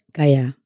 kaya